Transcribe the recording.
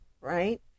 right